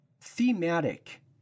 thematic